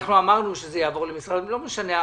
אנחנו אמרנו שזה יעבור למשרד לא משנה.